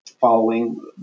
following